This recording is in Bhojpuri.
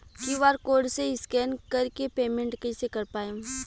क्यू.आर कोड से स्कैन कर के पेमेंट कइसे कर पाएम?